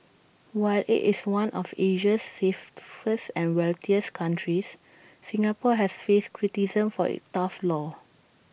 while IT is one of Asia's safest and wealthiest countries Singapore has faced criticism for its tough laws